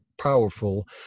powerful